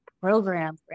program